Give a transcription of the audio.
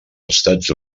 estats